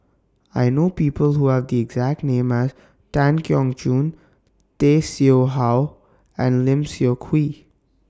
I know People Who Have The exact name as Tan Keong Choon Tay Seow Huah and Lim Seok Hui